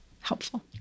helpful